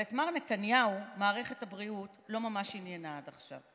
אבל את מר נתניהו מערכת הבריאות לא ממש עניינה עד עכשיו.